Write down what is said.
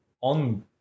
On